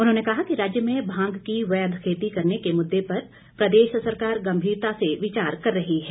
उन्होंने कहा कि राज्य में भांग की वैध खेती करने के मुद्दे पर प्रदेश सरकार गंभीरता से विचार कर रही है